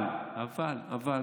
לא, זה המספר.